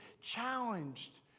challenged